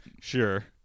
Sure